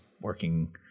working